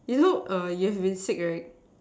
you know err you have been sick right